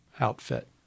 outfit